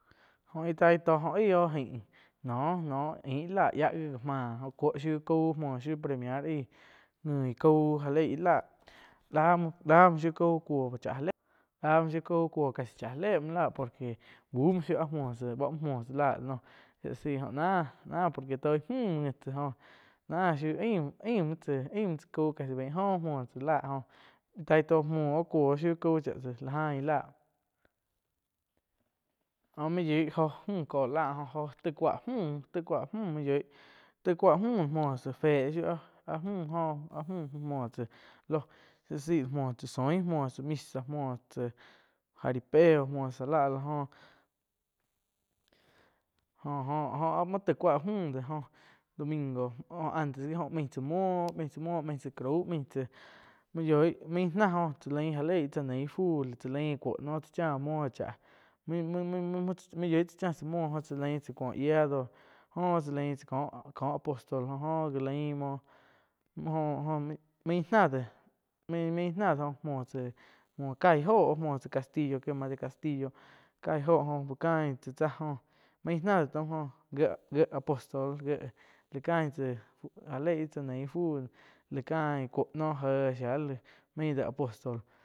Jó íh tai tó jo aí oh ain no-no ain láh yia gi ga máh jo cuoh shiu caú muo shiu premiar ngui kau gá leih íh láh, láh muoh shiu cau cuoa casi cha já le muoh la por que búh muoh shiu áh muoh tsá, muo tsá láh shía láh sái jo ná-ná por que toi mü ngi tsá náh shiu aim-aim tsá cau pe láh jóh muoh tsá láh íh tai tó muoh cuoh cau chá tsá la ain. Jo mai yoi jó mü ko láh jóh taig cuáh mü main yoih taig cuá müh fé shiu áh-áh mü mouh tsá muoh tsá sóí, mouh tsá misa, mouh tsá jaripeo já la áh la jó-jó áh tai cua müh jóh domingo antes gi main tsá muoh,. ain tsá muoh, main tsá crau main yih main náh cha lein já leih tsáh fu chá lain kuoh noh tsá chá muoh cháh, maim-maim-maim, yoig tsá cha mts amuo jo tsá lain tsa tein tsá cuo yiá jó cha lain tsá cóh, cóh apostol jo oh ga lein muo, jóh main náh de maim-maim náh de jo muoh tsá ciag jo muo tsá castillo quema de castillo cáih óho jo uh cain tsá, jo main náh do taum gie-gie apostol gie lá cain tsá ja eí íh tsá nein íh fu la cain kuo gé shia la main dhé apostol.